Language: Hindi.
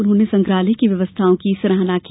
उन्होंने संग्रहालय की व्यवस्थाओं की सराहना की